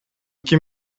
ким